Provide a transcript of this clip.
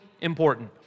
important